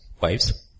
Wives